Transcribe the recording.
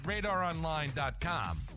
radaronline.com